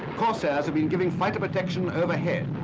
corsairs have been giving fighter protection overhead.